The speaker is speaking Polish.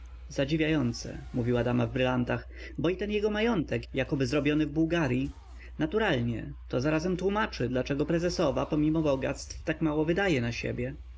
zadziwiające mówiła dama w brylantach bo i ten jego majątek jakoby zrobiony w bułgaryi naturalnie to zarazem tłómaczy dlaczego prezesowa pomimo bogactw tak mało wydaje na siebie